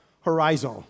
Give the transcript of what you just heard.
horizon